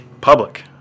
public